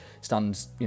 stands